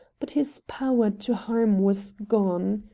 but his power to harm was gone.